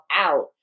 out